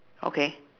okay